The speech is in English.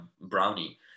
brownie